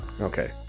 okay